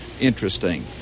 interesting